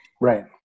Right